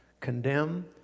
condemn